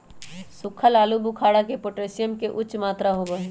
सुखल आलू बुखारा में पोटेशियम के उच्च मात्रा होबा हई